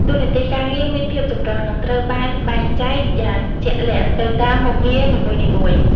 តួនាទីការងារមានភាពចម្រុះ និងត្រូវបានបែងចែកយ៉ាងជាក់លាក់ទៅតាមមុខងារនីមួយៗ។